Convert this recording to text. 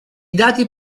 dati